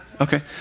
Okay